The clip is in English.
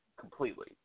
Completely